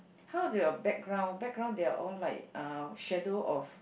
how do your background background they are all like uh shadow of